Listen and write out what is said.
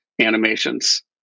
animations